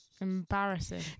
Embarrassing